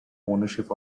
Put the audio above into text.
ownership